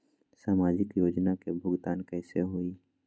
समाजिक योजना के भुगतान कैसे होई?